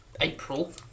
April